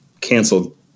canceled